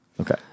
Okay